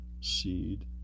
seed